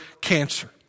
cancer